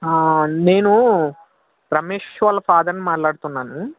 నేను రమేష్ వాళ్ళ ఫాదర్ని మాట్లాడుతున్నాను